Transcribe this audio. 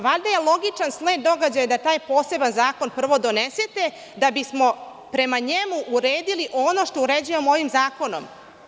Valjda je logičan sled događaja da taj poseban zakon prvo donesete da bismo prema njemu uredili ono što uređujemo ovim zakonom.